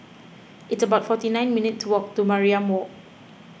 it's about forty nine minutes' walk to Mariam Walk